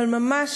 אבל ממש,